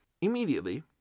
Immediately